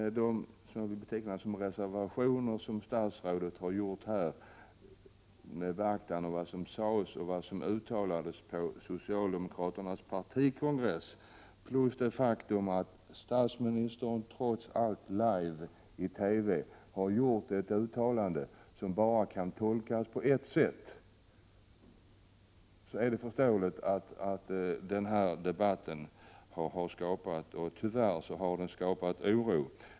Detta och de reservationer som statsrådet har gjort här — med beaktande av vad som uttalades på socialdemokraternas partikongress plus det faktum att statsministern live i TV har gjort ett uttalande som bara kan tolkas på ett sätt — gör att det är förståeligt att denna debatt tyvärr har skapat oro.